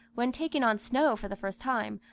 when taken on snow for the first time,